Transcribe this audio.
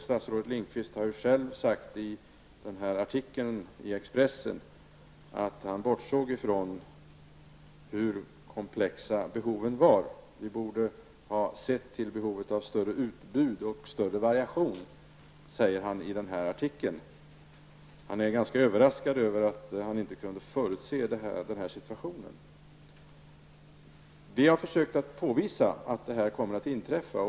Statsrådet säger själv i den aktuella artikeln i Expressen att han bortsåg från hur komplexa behoven var. Vi borde ha sett till behovet av ett större utbud och av större variation, säger han i artikeln. Han är ganska överraskad över att han inte kunde förutse den här situationen. Men vi har försökt att påvisa att detta skulle inträffa.